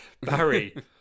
barry